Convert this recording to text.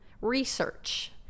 research